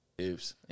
Oops